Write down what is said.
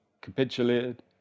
capitulated